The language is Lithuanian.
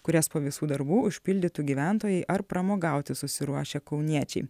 kurias po visų darbų užpildytų gyventojai ar pramogauti susiruošę kauniečiai